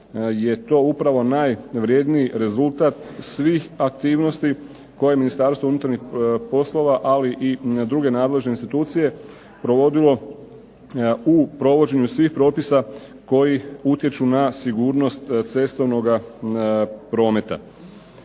je to upravo najvrjedniji rezultat svih aktivnosti koje Ministarstvo unutarnjih poslova, ali i druge nadležne institucije, provodilo u provođenju svih propisa koji utječu na sigurnost cestovnog prometa.